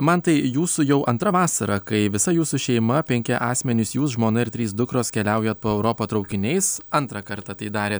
man tai jūsų jau antra vasara kai visa jūsų šeima penki asmenys jūs žmona ir trys dukros keliaujat po europą traukiniais antrą kartą tai darė